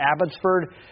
Abbotsford